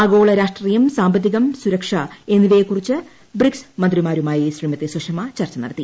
ആഗോള രാഷ്ട്രീയം സാമ്പത്തികം സുരക്ഷ എന്നിവയെ കുറിച്ച് ബ്രിക്സ് മന്ത്രമാരുമായി ശ്രീമതി സുഷമ ചർച്ച നടത്തി